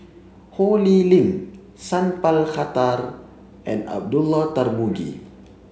Ho Lee Ling Sat Pal Khattar and Abdullah Tarmugi